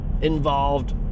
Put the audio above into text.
involved